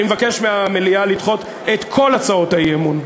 אני מבקש מהמליאה לדחות את כל הצעות האי-אמון.